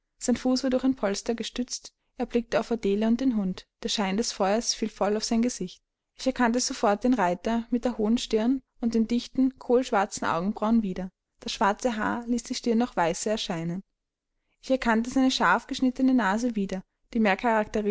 sein fuß war durch ein polster gestützt er blickte auf adele und den hund der schein des feuers fiel voll auf sein gesicht ich erkannte sofort den reiter mit der hohen stirn und den dichten kohlschwarzen augenbrauen wieder das schwarze haar ließ die stirn noch weißer erscheinen ich erkannte seine scharf geschnittene nase wieder die